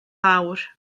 fawr